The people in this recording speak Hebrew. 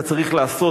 אתה צריך לעשות.